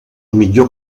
millor